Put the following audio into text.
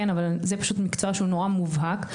אבל זה מקצוע שהוא ממש מובהק,